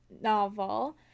novel